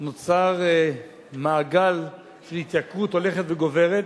נוצר מעגל של התייקרות הולכת וגוברת,